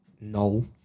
No